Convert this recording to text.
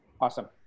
Awesome